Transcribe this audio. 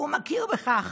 והוא מכיר בכך